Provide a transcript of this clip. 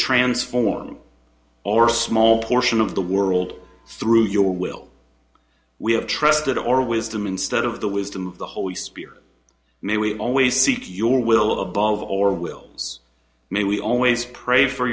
transform our small portion of the world through your will we have trusted or wisdom instead of the wisdom of the holy spirit may we always seek your will above or will may we always pray for